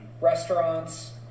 Restaurants